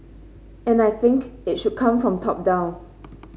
and I think it should come from top down